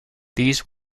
these